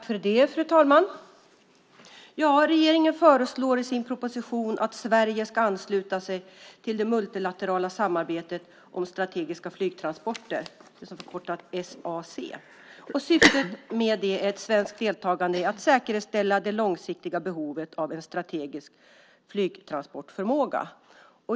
Fru talman! Regeringen föreslår i sin proposition att Sverige ska ansluta sig till det multilaterala samarbetet om strategiska flygtransporter, förkortat SAC. Syftet med det är ett svensk deltagande i att säkerställa det långsiktiga behovet av en strategisk flygtransportförmåga.